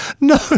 No